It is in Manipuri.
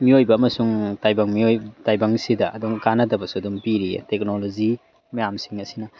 ꯃꯤꯑꯣꯏꯕ ꯑꯃꯁꯨꯡ ꯇꯥꯏꯕꯪ ꯇꯥꯏꯕꯪꯁꯤꯗ ꯑꯗꯨꯝ ꯀꯥꯟꯅꯗꯕꯁꯨ ꯑꯗꯨꯝ ꯄꯤꯔꯤ ꯇꯦꯛꯅꯣꯂꯣꯖꯤ ꯃꯌꯥꯝꯁꯤꯡ ꯑꯁꯤꯅ